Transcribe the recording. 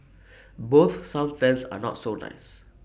both some fans are not so nice